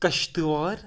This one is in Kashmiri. کشتوار